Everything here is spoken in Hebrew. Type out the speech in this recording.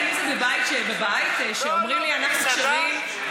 אם זה בבית, כשאומרים לי: אנחנו כשרים, לא, לא.